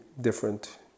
different